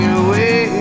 away